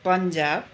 Punjab